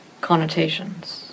connotations